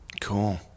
Cool